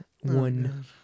one